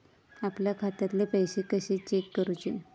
आपल्या खात्यातले पैसे कशे चेक करुचे?